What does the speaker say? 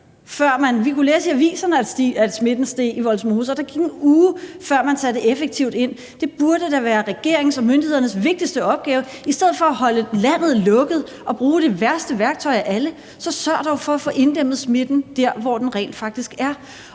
så kunne vi læse i aviserne, at smitten steg i Vollsmose, og der gik en uge, før man satte effektivt ind. Det burde da være regeringens og myndighedernes vigtigste opgave. I stedet for at holde landet lukket og bruge det værste værktøj af alle, så sørg dog for at få inddæmmet smitten der, hvor den rent faktisk er.